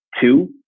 Two